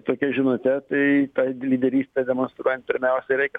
tokia žinute tai tą lyderystę demonstruojant pirmiausia reikia